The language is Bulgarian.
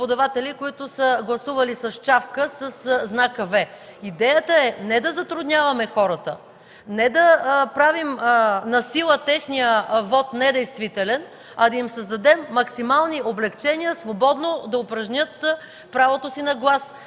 които са гласували с чавка, със знака „V”. Идеята е не да затрудняваме хората, не да правим насила техния вот недействителен, а да им създадем максимални облекчения свободно да упражнят правото си на глас.